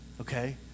okay